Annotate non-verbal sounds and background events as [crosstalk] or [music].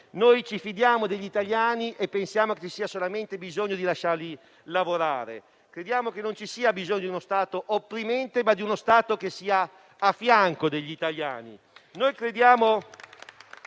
così, ci fidiamo degli italiani e pensiamo che ci sia solamente bisogno di lasciarli lavorare. Crediamo che non ci sia bisogno di uno Stato opprimente, ma di uno Stato che sia a fianco degli italiani. [applause]